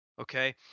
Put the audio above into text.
okay